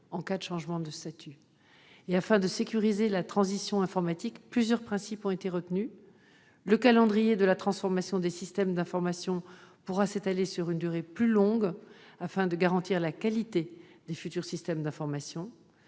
en cas de changement de statut. Afin de sécuriser la transition informatique, plusieurs principes ont été retenus. Le calendrier de la transformation des systèmes d'information pourra s'étaler sur une durée plus longue, afin de garantir la qualité des futurs systèmes d'information.